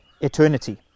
eternity